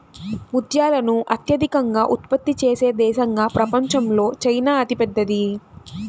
ముత్యాలను అత్యధికంగా ఉత్పత్తి చేసే దేశంగా ప్రపంచంలో చైనా అతిపెద్దది